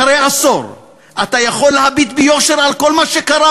אחרי עשור אתה יכול להביט ביושר על כל מה שקרה